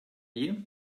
year